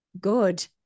good